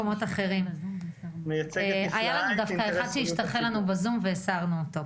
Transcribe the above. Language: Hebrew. היה לנו אחד שהשתחל בזום והסרנו אותו.